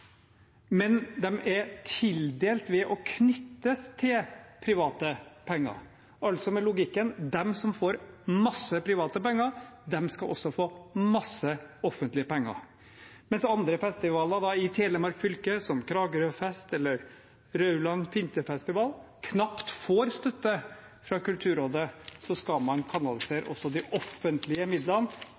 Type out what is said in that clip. altså med den logikken at de som får masse private penger, også skal få masse offentlige penger. Mens andre festivaler i Telemark fylke, som Kragerøfest eller Rauland vinterfestival, knapt får støtte fra Kulturrådet, skal man kanalisere også de offentlige midlene